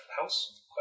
house